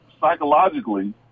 psychologically